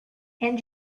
and